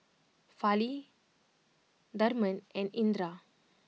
Fali Tharman and Indira